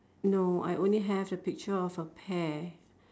no I only have the picture of a pear